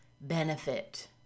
benefit